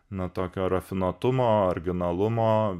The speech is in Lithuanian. na tokio rafinuotumo originalumo